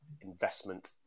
investment